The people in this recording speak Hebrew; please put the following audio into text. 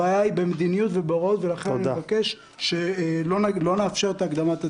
הבעיה היא במדיניות ובהוראות ולכן אני מבקש שלא נאפשר את הקדמת הדיון.